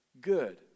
good